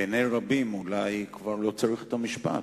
בעיני רבים אולי כבר לא צריך את המשפט,